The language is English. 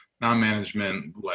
non-management